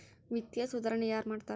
ವಿತ್ತೇಯ ಸುಧಾರಣೆ ಯಾರ್ ಮಾಡ್ತಾರಾ